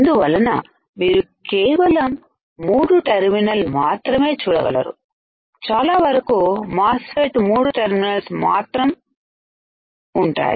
అందువల్ల మీరు కేవలం 3 మూడు టెర్మినల్ మాత్రమే చూడగలరు చాలావరకు మాస్ ఫెట్ 3 టెర్మినల్స్ మాత్రం ఉంటాయి